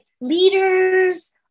leaders